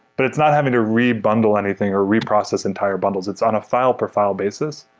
but it's not having to re-bundle anything or reprocess entire bundles. it's on a file per file basis.